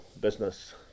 business